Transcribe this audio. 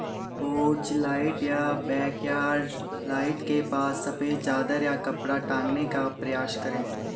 porch light या backyard light के पास सफेद चादर या कपड़ा टांगने का प्रयास करें